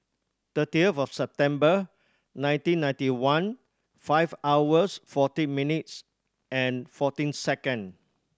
thirty of September nineteen ninety one five hours forty minutes and fourteen second